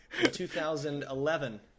2011